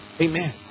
Amen